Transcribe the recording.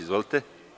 Izvolite.